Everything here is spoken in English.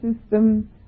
system